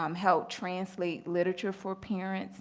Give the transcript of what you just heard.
um help translate literature for parents